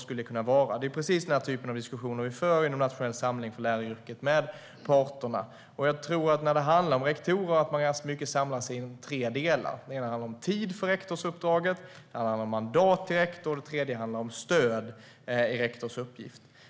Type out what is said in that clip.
Det är precis den typen av diskussioner vi för med parterna inom den nationella samlingen för läraryrket. När det handlar om rektorer tror jag att man samlas ganska mycket om tre delar. Det handlar om tid för rektorsuppdraget, det handlar om mandat till rektor och det handlar om stöd i rektorns uppgift.